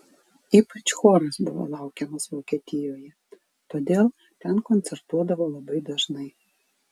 ypač choras buvo laukiamas vokietijoje todėl ten koncertuodavo labai dažnai